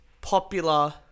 popular